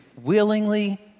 willingly